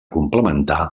complementar